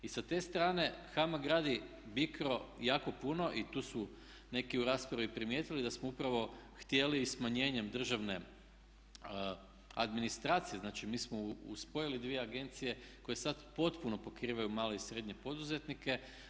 I sa te strane HAMAG radi BICRO jako puno i tu su neki u raspravi primijetili da smo upravo htjeli i smanjenjem državne administracije, znači mi smo spojili dvije agencije koje sad potpuno pokrivaju male i srednje poduzetnike.